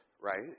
right